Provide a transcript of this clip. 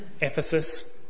Ephesus